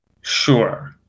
Sure